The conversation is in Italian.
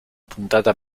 puntata